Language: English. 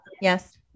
yes